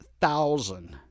thousand